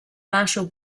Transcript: marshall